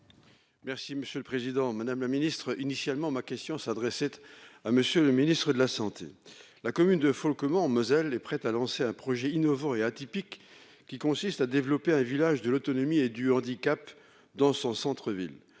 Merci, monsieur le Président Madame le Ministre initialement. Ma question s'adressait à Monsieur le Ministre de la Santé. La commune de folle comment en Moselle est prête à lancer un projet innovant et atypique qui consiste à développer un village de l'autonomie et du handicap dans son centre-ville